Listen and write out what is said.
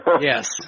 Yes